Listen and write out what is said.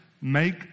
make